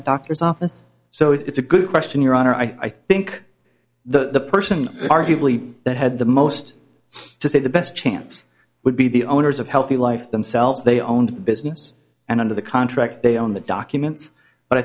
a doctor's office so it's a good question your honor i think the person arguably that had the most to say the best chance would be the owners of healthy life themselves they owned a business and under the contract they own the documents but i